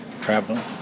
traveling